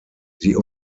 sie